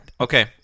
Okay